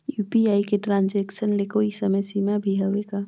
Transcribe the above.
UPI के transaction ले कोई समय सीमा भी हवे का?